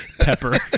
pepper